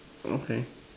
okay